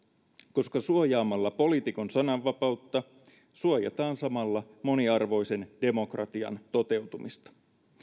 koska suojaamalla poliitikon sananvapautta suojataan samalla moniarvoisen demokratian toteutumista